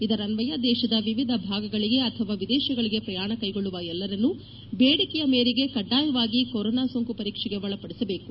ಇದರನ್ನಯ ದೇಶದ ವಿವಿಧ ಭಾಗಗಳಿಗೆ ಅಥವಾ ವಿದೇಶಗಳಿಗೆ ಪ್ರಯಾಣ ಕೈಗೊಳ್ಳುವ ಎಲ್ಲರನ್ನೂ ಬೇಡಿಕೆಯ ಮೇರೆಗೆ ಕೆಡ್ಗಾಯವಾಗಿ ಕೊರೋನಾ ಸೋಂಕು ಪರೀಕ್ಷೆಗೆ ಒಳಪಡಿಸಬೇಕು